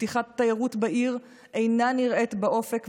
פתיחת התיירות בעיר אינה נראית באופק,